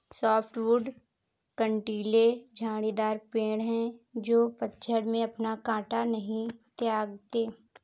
softwood कँटीले झाड़ीदार पेड़ हैं जो पतझड़ में अपना काँटा नहीं त्यागते